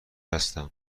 هستم